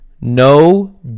No